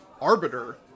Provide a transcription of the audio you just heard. arbiter